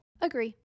agree